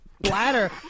bladder